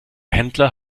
händler